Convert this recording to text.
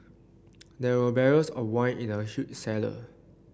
there were barrels of wine in the huge cellar